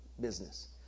business